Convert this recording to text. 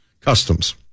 Customs